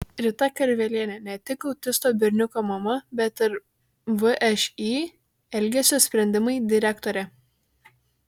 rita karvelienė ne tik autisto berniuko mama bet ir všį elgesio sprendimai direktorė